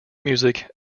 music